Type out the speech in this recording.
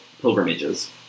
pilgrimages